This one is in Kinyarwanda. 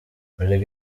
erega